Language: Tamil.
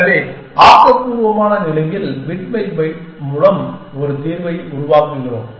எனவே ஆக்கபூர்வமான முறையில் பிட் பை பிட் மூலம் ஒரு தீர்வை உருவாக்குகிறோம்